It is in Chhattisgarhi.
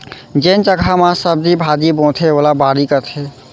जेन जघा म सब्जी भाजी बोथें ओला बाड़ी कथें